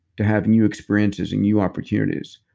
to have new experiences and new opportunities?